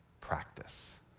practice